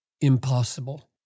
impossible